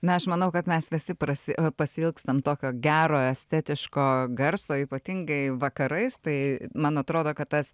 na aš manau kad mes vis pasiilgstam tokio gero estetiško garso ypatingai vakarais tai man atrodo kad tas